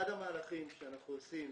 אחד המהלכים שאנחנו עושים